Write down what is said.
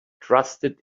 trusted